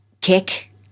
kick